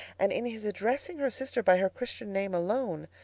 and in his addressing her sister by her christian name alone,